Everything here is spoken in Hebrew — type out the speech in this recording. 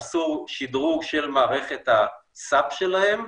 עשו שידרוג של מערכת הסאפ שלהם,